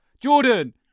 Jordan